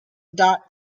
dot